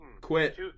quit